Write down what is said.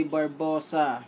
Barbosa